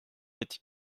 est